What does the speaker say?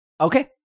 okay